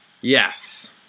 Yes